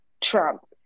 Trump